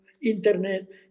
internet